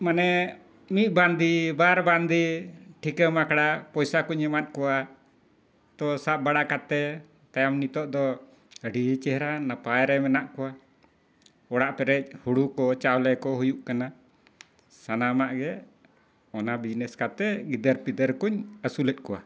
ᱢᱟᱱᱮ ᱢᱤᱫ ᱵᱟᱺᱫᱤ ᱵᱟᱨ ᱵᱟᱺᱫᱤ ᱴᱷᱤᱠᱟᱹ ᱢᱟᱠᱲᱟ ᱯᱚᱭᱥᱟ ᱠᱚᱧ ᱮᱢᱟᱫ ᱠᱚᱣᱟ ᱛᱚ ᱥᱟᱵ ᱵᱟᱲᱟ ᱠᱟᱛᱮᱫ ᱛᱟᱭᱚᱢ ᱱᱤᱛᱳᱜ ᱫᱚ ᱟᱹᱰᱤ ᱪᱮᱦᱨᱟ ᱱᱟᱯᱟᱭ ᱨᱮ ᱢᱮᱱᱟᱜ ᱠᱚᱣᱟ ᱚᱲᱟᱜ ᱯᱮᱨᱮᱡ ᱦᱩᱲᱩ ᱠᱚ ᱪᱟᱣᱞᱮ ᱠᱚ ᱦᱩᱭᱩᱜ ᱠᱟᱱᱟ ᱥᱟᱱᱟᱢᱟᱜ ᱜᱮ ᱚᱱᱟ ᱵᱤᱡᱽᱱᱮᱥ ᱠᱟᱛᱮᱫ ᱜᱤᱫᱟᱹᱨ ᱯᱤᱫᱟᱹᱨ ᱠᱚᱧ ᱟᱹᱥᱩᱞᱮᱫ ᱠᱚᱣᱟ